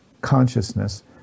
consciousness